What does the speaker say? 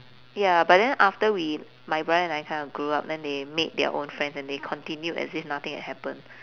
ya but then after we my brother and I kind of grew up then they meet their own friends and they continued as if nothing had happened